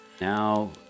Now